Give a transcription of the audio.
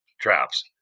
traps